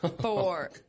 four